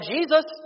Jesus